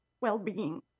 well-being